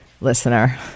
Listener